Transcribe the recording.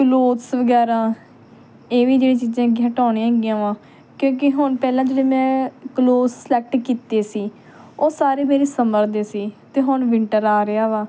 clothes ਵਗੈਰਾ ਇਹ ਵੀ ਜਿਹੜੀਆਂ ਚੀਜ਼ਾਂ ਕਿ ਹਟਾਉਣੀ ਹੈਗੀਆਂ ਵਾ ਕਿਉਂਕਿ ਹੁਣ ਪਹਿਲਾਂ ਜਿਹੜੇ ਮੈਂ ਕਲੋਥਸ ਸਲੈਕਟ ਕੀਤੇ ਸੀ ਉਹ ਸਾਰੇ ਮੇਰੇ ਸਮਰ ਦੇ ਸੀ ਅਤੇ ਹੁਣ ਵਿੰਟਰ ਆ ਰਿਹਾ ਵਾ